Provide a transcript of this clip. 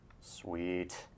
Sweet